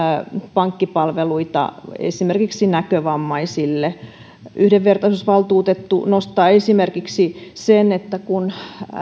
pankkipalveluita esimerkiksi näkövammaisille yhdenvertaisuusvaltuutettu nostaa esimerkiksi sen että kun